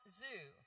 zoo